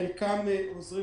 חלקם עוזרים